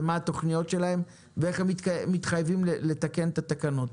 מה התוכניות שלהם ואיך הם מתחייבים לתקן את התקנות.